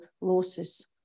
losses